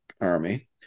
army